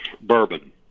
Bourbon